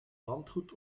landgoed